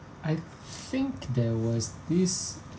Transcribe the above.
I think there was this